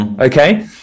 Okay